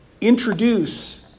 introduce